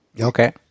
Okay